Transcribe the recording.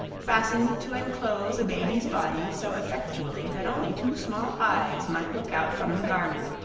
fashioned to enclose a baby's body so effectually that only two small eyes might look out from the garment,